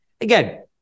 Again